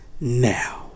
Now